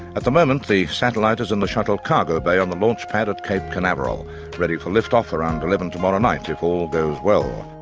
at the moment, the satellite is in the shuttle cargo bay on the launch pad at cape canaveral ready for lift-off around eleven tomorrow night, if all goes well.